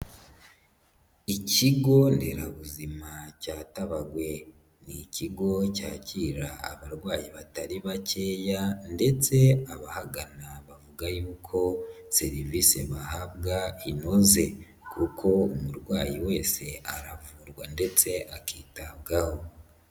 Ikigo nderabuzima cya Tabawe ni ikigo cyakira abarwayi batari bakeya ndetse abahagana bavuga yuko serivisi bahabwa inoze kuko umurwayi wese aravurwa ndetse akitabwaho.